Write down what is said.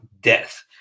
Death